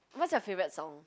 what's your favorite song